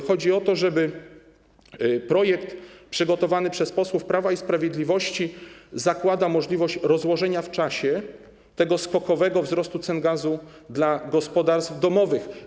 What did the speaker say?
Chodzi o to, że projekt przygotowany przez posłów Prawa i Sprawiedliwości zakłada możliwość rozłożenia w czasie tego skokowego wzrostu cen gazu dla gospodarstw domowych.